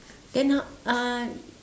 then how uh